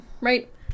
Right